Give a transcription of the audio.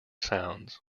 sounds